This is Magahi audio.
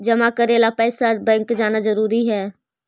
जमा करे ला पैसा बैंक जाना जरूरी है?